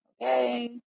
Okay